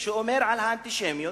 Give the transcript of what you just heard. שמדברת על האנטישמיות.